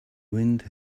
wind